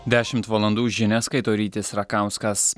dešimt valandų žinias skaito rytis rakauskas